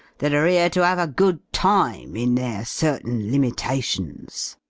that are ere to ave a good time in their certain limitations.